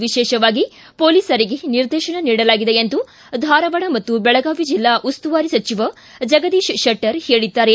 ವಿಶೇಷವಾಗಿ ಪೊಲೀಸರಿಗೆ ನಿರ್ದೇಶನ ನೀಡಲಾಗಿದೆ ಎಂದು ಧಾರವಾಡ ಮತ್ತು ಬೆಳಗಾವಿ ಜೆಲ್ಲಾ ಉಸ್ತುವಾರಿ ಸಚಿವ ಜಗದೀಶ್ ಶೆಟ್ಟರ್ ಹೇಳಿದ್ದಾರೆ